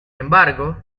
embargo